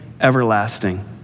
everlasting